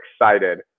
excited